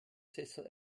sessel